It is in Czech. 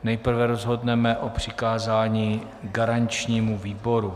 Nejprve rozhodneme o přikázání garančnímu výboru.